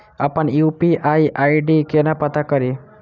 अप्पन UPI ID केना पत्ता कड़ी?